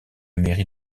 mairie